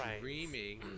dreaming